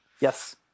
Yes